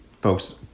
folks